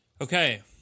Okay